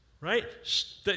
right